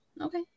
Okay